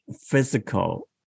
physical